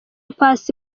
paccy